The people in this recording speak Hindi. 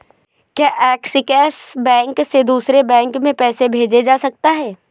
क्या ऐक्सिस बैंक से दूसरे बैंक में पैसे भेजे जा सकता हैं?